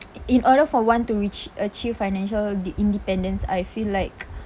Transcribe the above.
in order for one to reach achieve financial independence I feel like